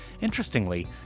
Interestingly